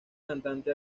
cantante